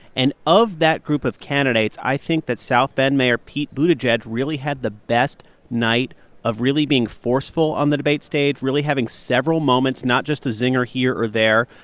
and of that group of candidates, i think that south bend mayor pete buttigieg really had the best night of really being forceful on the debate stage, really having several moments not just a zinger here or there,